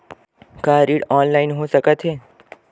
का ऋण ऑनलाइन हो सकत हे?